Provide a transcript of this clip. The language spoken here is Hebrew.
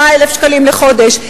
80,000, 100,000 שקלים לחודש".